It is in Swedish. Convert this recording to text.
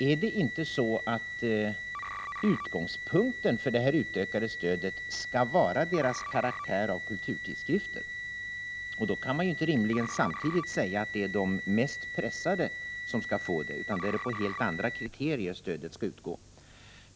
Är det inte så att utgångspunkten för detta utökade stöd skall vara deras karaktär av kulturtidskrift? Då kan man rimligen inte säga att det är de mest pressade som skall få stöd, utan då är det på helt andra kriterier som stödet skall utgå.